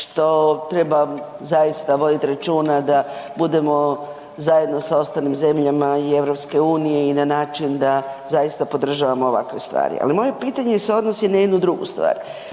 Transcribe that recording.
što treba zaista vodit računa da budemo zajedno sa ostalim zemljama i EU i na način da zaista podržavamo ovakve stvari. Ali moje pitanje se odnosi na jednu drugu stvar.